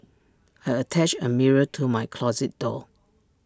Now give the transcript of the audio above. I attached A mirror to my closet door